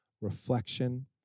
reflection